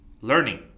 Learning